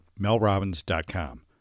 melrobbins.com